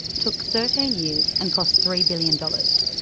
took thirteen years and cost three billion dollars.